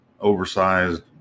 oversized